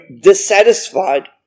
dissatisfied